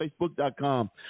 Facebook.com